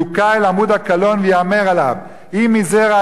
יוקע אל עמוד הקלון וייאמר עליו: אם מזרע